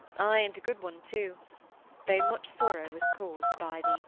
ay, and a good one too though much sorrow was caused by thee!